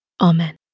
Amen